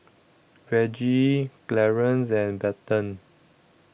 Reggie Clarance and Bethann